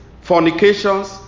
fornications